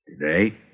Today